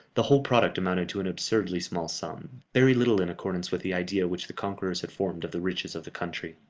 the whole product amounted to an absurdly small sum, very little in accordance with the idea which the conquerors had formed of the riches of the country.